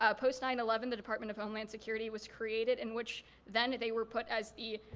ah post nine eleven the department of homeland security was created in which then they were put as the,